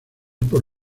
por